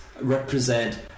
represent